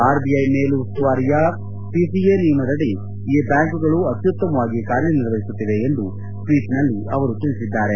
RGI ಮೇಲು ಉಸ್ತುವಾರಿಯ PCA ನಿಯಮದಡಿ ಈ ಬ್ಯಾಂಕುಗಳು ಅತ್ಯುತ್ತಮವಾಗಿ ಕಾರ್ಯನಿರ್ವಹಿಸುತ್ತಿವೆ ಎಂದು ಟ್ವೀಟ್ನಲ್ಲಿ ಅವರು ತಿಳಿಸಿದ್ದಾರೆ